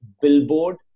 billboard